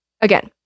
Again